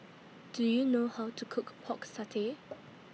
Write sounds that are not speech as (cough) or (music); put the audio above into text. Do YOU know How to Cook Pork Satay (noise)